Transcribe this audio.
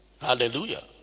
Hallelujah